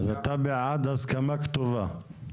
אתה בעד הסכמה כתובה.